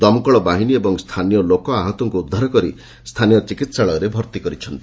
ଦମକଳ ବାହିନୀ ଏବଂ ସ୍ଚାନୀୟ ଲୋକ ଆହତଙ୍କୁ ଉଦ୍ଧାର କରି ସ୍ତାନୀୟ ଚିକିସାଳୟରେ ଭର୍ତି କରିଛନ୍ତି